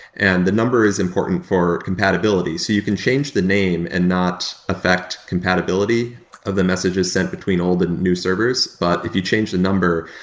and the number is important for compatibility. so you can change the name and not affect compatibility of the messages sent between old and new servers, but if you change the number,